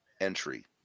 entry